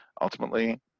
ultimately